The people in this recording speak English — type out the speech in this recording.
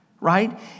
right